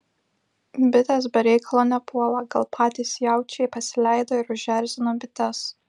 bitės be reikalo nepuola gal patys jaučiai pasileido ir užerzino bites